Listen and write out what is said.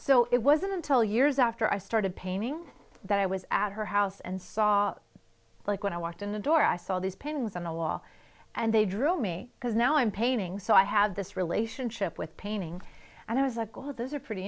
so it wasn't until years after i started painting that i was at her house and saw like when i walked in the door i saw these paintings on the wall and they drew me because now i'm painting so i had this relationship with painting and i was like wow this is a pretty